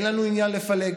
אין לנו עניין לפלג,